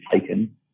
taken